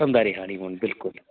ਧੰਦਾ ਰਿਹਾ ਨਹੀਂ ਹੁਣ ਬਿਲਕੁਲ